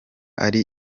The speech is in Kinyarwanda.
ari